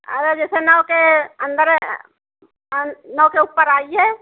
अरे जैसे नौ के अंदर अन नौ के उपर आइए